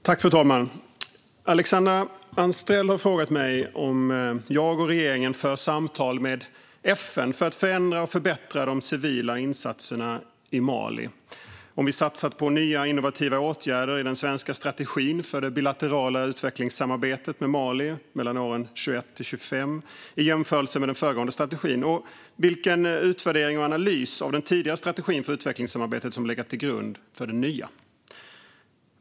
Fru talman! Alexandra Anstrell har frågat mig om jag och regeringen för samtal med FN för att förändra och förbättra de civila insatserna i Mali, om vi satsat på nya innovativa åtgärder i den svenska strategin för det bilaterala utvecklingssamarbetet med Mali 2021-2025 i jämförelse med den föregående strategin och vilken utvärdering och analys av den tidigare strategin för utvecklingssamarbetet som legat till grund för den nya.